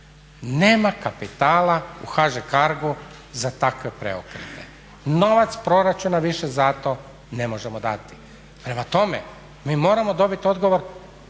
Nema kapitala u HŽ Cargu za takve preokrete. Novac proračuna više za to ne možemo dati. Prema tome, mi moramo dobit odgovor